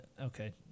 okay